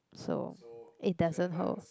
so it doesn't h~